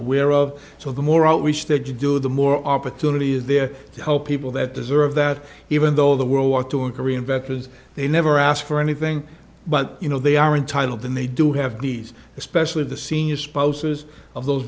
aware of so the more outreach that you do the more opportunity is there to help people that deserve that even though the world war two and korean veterans they never ask for anything but you know they are entitled than they do have these especially the senior spouses of those